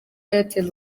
airtel